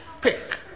pick